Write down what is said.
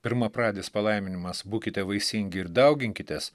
pirmapradis palaiminimas būkite vaisingi ir dauginkitės